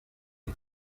los